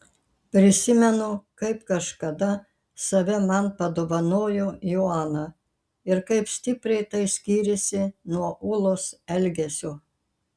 prisimenu kaip kažkada save man padovanojo joana ir kaip stipriai tai skyrėsi nuo ūlos elgesio